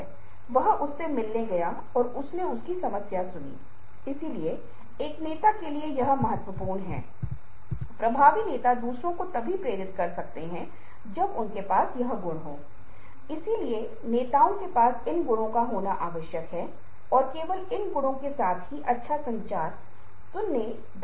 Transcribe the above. ये आश्चर्य की बात बताते हैं क्योंकि मुंह खुला आंखों को घूरते हुए गोल गोल घुमाते हुए और इस मामले में यह व्यक्ति डेस्क पर अपने हाथों से खड़े होकर डेस्क का उपयोग करने वाला होता है क्योंकि जल्दी उठने के लिए समर्थन होता है